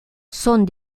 sont